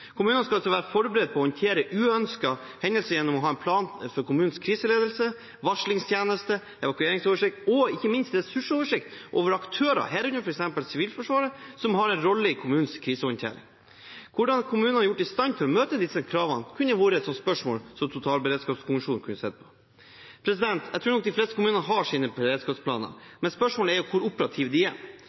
Kommunene skal altså være forberedt på å håndtere uønskede hendelser gjennom å ha en plan for kommunens kriseledelse, varslingstjeneste, evakueringsoversikt og ikke minst ressursoversikt over aktører, herunder f.eks. Sivilforsvaret, som har en rolle i kommunenes krisehåndtering. Hvordan kommunene er gjort i stand til å møte disse kravene, kunne vært et spørsmål som totalberedskapskommisjonen kunne sett på. Jeg tror nok de fleste kommuner har sine beredskapsplaner, men spørsmålet er hvor operative de er.